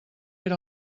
era